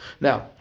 Now